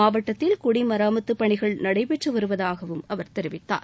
மாவட்டத்தில் குடிமராமத்துப்பணிகள் நடைபெற்று வருவதாக அவர் தெரிவித்தார்